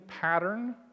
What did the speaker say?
pattern